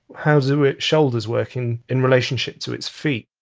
how's ah its shoulders working in relationship to its feet?